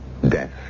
Death